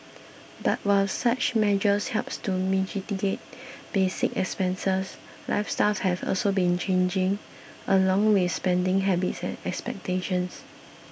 but while such measures help to basic expenses lifestyles have also been changing along with spending habits and expectations